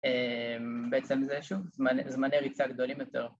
אה... בעצם זה שוב. זמני, זמני ריצה גדולים יותר